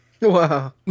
Wow